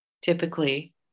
typically